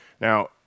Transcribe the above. Now